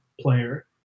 player